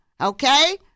okay